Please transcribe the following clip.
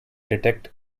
detect